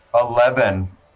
Eleven